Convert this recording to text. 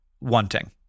wanting